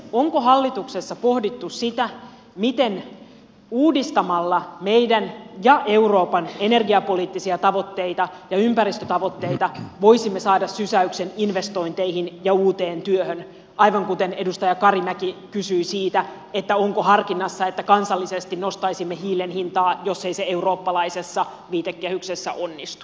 onko hallituksessa pohdittu sitä miten uudistamalla meidän ja euroopan energiapoliittisia tavoitteita ja ympäristötavoitteita voisimme saada sysäyksen investointeihin ja uuteen työhön aivan kuten edustaja karimäki kysyi siitä onko harkinnassa että kansallisesti nostaisimme hiilen hintaa jos ei se eurooppalaisessa viitekehyksessä onnistu